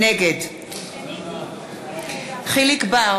נגד אלי בן-דהן, בעד יחיאל חיליק בר,